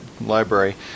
library